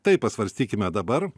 tai pasvarstykime dabar